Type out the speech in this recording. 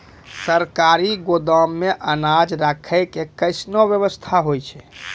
सरकारी गोदाम मे अनाज राखै के कैसनौ वयवस्था होय छै?